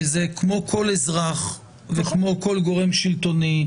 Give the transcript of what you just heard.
זה כמו כל אזרח וכמו כל גורם שלטוני.